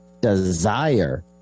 desire